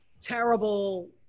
terrible